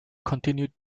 continued